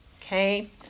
okay